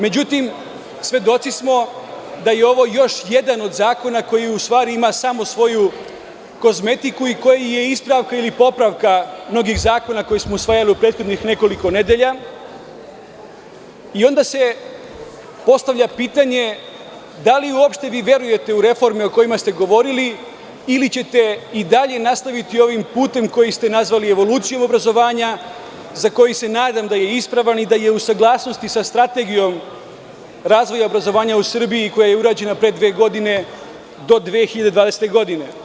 Međutim, svedoci smo da je ovo još jedan od zakona koji ima svoju kozmetiku i koji je ispravka ili popravka mnogih zakona koji smo usvajali u prethodnih nekoliko nedelja i onda se postavlja pitanje da li vi uopšte verujete u reforme o kojima ste govorili ili ćete i dalje nastaviti ovim putem koji ste nazvali evolucijom obrazovanja, za koji se nadam da je ispravan i da je u saglasnosti sa Strategijom razvoja obrazovanja u Srbiji, koja je urađena pre dve godine, do 2020. godine?